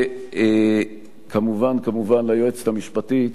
וכמובן כמובן ליועצת המשפטית,